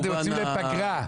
אתם יוצאים לפגרה.